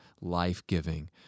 life-giving